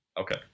Okay